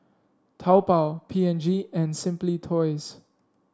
Taobao P and G and Simply Toys